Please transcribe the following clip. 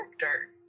character